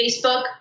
Facebook